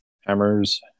Hammer's